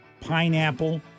pineapple